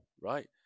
right